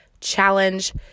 challenge